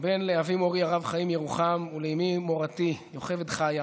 לאבי מורי הרב חיים ירוחם ולאימי מורתי יוכבד חיה,